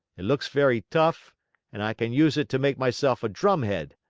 it looks very tough and i can use it to make myself a drumhead.